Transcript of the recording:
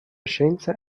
scienza